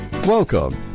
Welcome